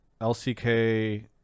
LCK